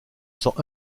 sent